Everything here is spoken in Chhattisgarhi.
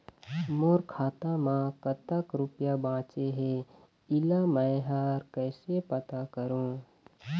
मोर खाता म कतक रुपया बांचे हे, इला मैं हर कैसे पता करों?